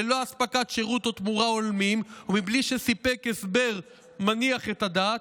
ללא הספקת שירות או תמורה הולמים ומבלי שסיפק הסבר מניח את הדעת,